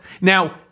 Now